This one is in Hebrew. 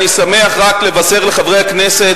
אני שמח רק לבשר לחברי הכנסת,